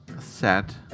set